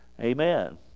Amen